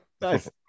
Nice